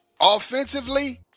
offensively